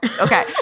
Okay